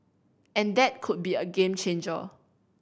and that could be a game changer